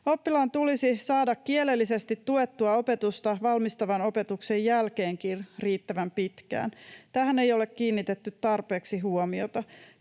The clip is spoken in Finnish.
Oppilaan tulisi saada kielellisesti tuettua opetusta valmistavan opetuksen jälkeenkin riittävän pitkään. Tähän ei ole kiinnitetty tarpeeksi huomiota.